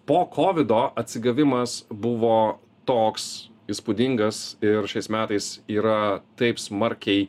po kovido atsigavimas buvo toks įspūdingas ir šiais metais yra taip smarkiai